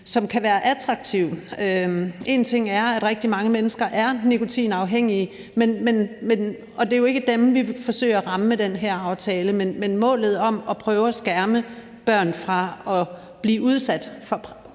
som kan være attraktive. Én ting er, at rigtig mange mennesker er nikotinafhængige, og det er ikke dem, vi forsøger at ramme med den her aftale, men målet om at prøve at skærme børn fra at blive udsat for